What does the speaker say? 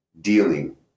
dealing